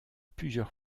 plusieurs